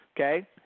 Okay